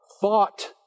thought